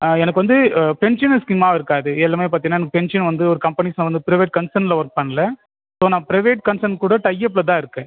எனக்கு வந்து பென்ஷனும் ஸ்கீமாக இருக்காது எல்லாமே பார்த்தீங்கனா எனக்கு பென்ஷன் வந்து ஒரு கம்பெனி சார்ந்த பிரைவேட் கன்சனில் ஒர்க் பண்ணல இப்போது நான் பிரைவேட் கன்சன் கூட டை அப்பில் தான் இருக்கேன்